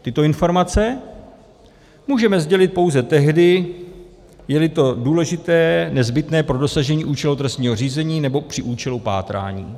Tyto informace můžeme sdělit pouze tehdy, jeli to důležité, nezbytné pro dosažení účelu trestního řízení nebo při účelu pátrání.